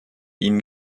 ihnen